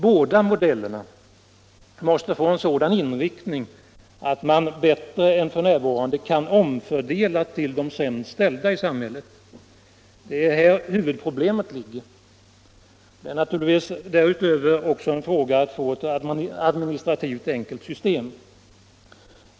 Båda modellerna måste få en sådan inriktning att man bättre än f,n. kan omfördela resurserna till de sämst ställda i samhället. Det är här huvudproblemet ligger. Därutöver är det naturligtvis också fråga om ett administrativt enkelt system.